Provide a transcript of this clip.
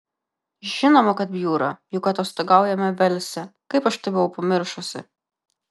žinoma kad bjūra juk atostogaujame velse kaip aš tai buvau pamiršusi